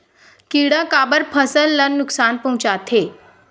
किड़ा काबर फसल ल नुकसान पहुचाथे?